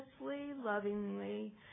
lovingly